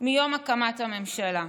מיום הקמת הממשלה.